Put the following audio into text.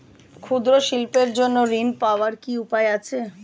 ক্ষুদ্র শিল্পের জন্য ঋণ পাওয়ার কি উপায় আছে?